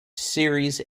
series